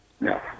No